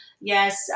yes